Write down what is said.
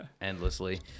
endlessly